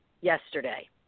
yesterday